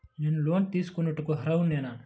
నేను లోన్ తీసుకొనుటకు అర్హుడనేన?